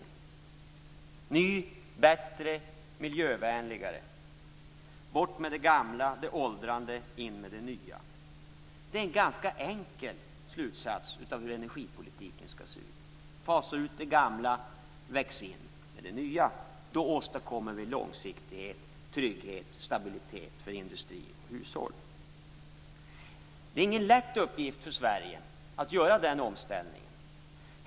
Det måste bli en ny, bättre och miljövänligare elproduktion. Bort med det gamla och åldrande och in med det nya. Det är en ganska enkel slutsats när det gäller hur energipolitiken skall se ut. Fasa ut det gamla och ta in det nya! Då åstadkommer vi långsiktighet, trygghet och stabilitet för industri och hushåll. Det är ingen lätt uppgift för Sverige att göra den omställningen.